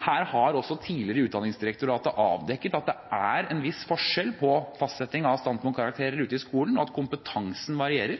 har også Utdanningsdirektoratet avdekket at det er en viss forskjell på fastsetting av standpunktkarakterer ute i skolen, at kompetansen varierer,